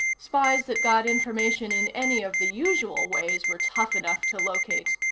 spies that got information in any of the usual ways were tough enough to locate.